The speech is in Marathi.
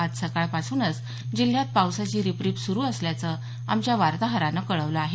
आज सकाळपासूनच जिल्ह्यात पावसाची रिपरिप सुरू असल्याचं आमच्या वार्ताहरानं कळवलं आहे